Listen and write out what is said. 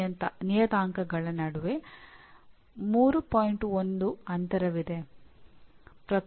ಎಲ್ಲಾ ಭಾಗವಹಿಸುವವರು ಈ ಕಾರ್ಯಯೋಜನೆಗಳನ್ನು ಮಾಡಬೇಕೆಂದು ನಾವು ನಿರೀಕ್ಷಿಸುತ್ತೇವೆ